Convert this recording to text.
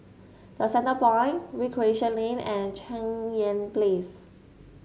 The Centrepoint Recreation Lane and Cheng Yan Place